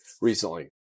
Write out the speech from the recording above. recently